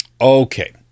okay